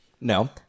No